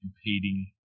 competing